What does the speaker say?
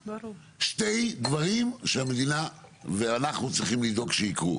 אבל שני דברים שהמדינה ואנחנו צריכים לדאוג שייקרו,